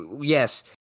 yes